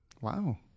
Wow